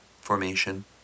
Formation